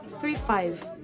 three-five